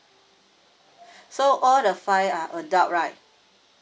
so all the five are adult right